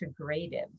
integrative